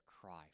cry